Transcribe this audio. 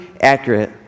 accurate